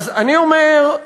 אני אומר,